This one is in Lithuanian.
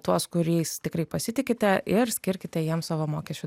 tuos kuriais tikrai pasitikite ir skirkite jiems savo mokesčių